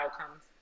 outcomes